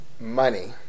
money